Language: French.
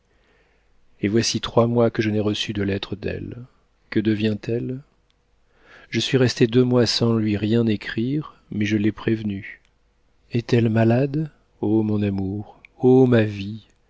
et voici trois mois que je n'ai reçu de lettre d'elle que devient-elle je suis resté deux mois sans lui rien écrire mais je l'ai prévenue est-elle malade o mon amour ô ma vie